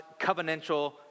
covenantal